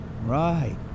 Right